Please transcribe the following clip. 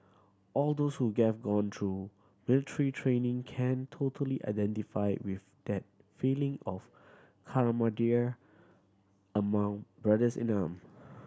all those who have gone through military training can totally identify with that feeling of camaraderie among brothers in arm